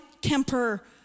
temper